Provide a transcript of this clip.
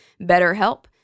BetterHelp